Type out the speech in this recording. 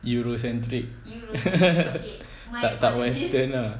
euro centric tak tak western lah